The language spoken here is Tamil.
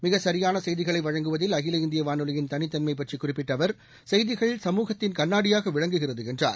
மிகசியானசெய்திகளைவழங்குவதில் அகில இந்தியவானொாலியின் தனித்தன்மையற்றிகுறிப்பிட்டஅவா் செய்திகள் சமூகத்தின் கண்ணாடியாகவிளங்குகிறதுஎன்றார்